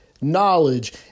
knowledge